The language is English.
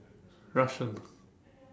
Russian